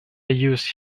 use